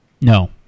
no